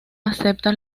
acepta